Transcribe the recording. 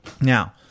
Now